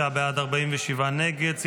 59 בעד, 47 נגד.